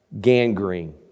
gangrene